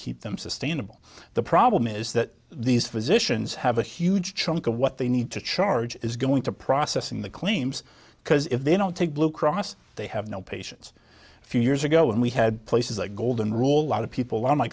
keep them sustainable the problem is that these physicians have a huge chunk of what they need to charge is going to process in the claims because if they don't take blue cross they have no patients few years ago when we had places like golden rule lot of people o